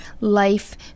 life